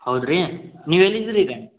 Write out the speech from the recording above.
ಹೌದ್ರಿ ನೀವು ಎಲ್ಲಿದ್ದೀರಿ ಈಗ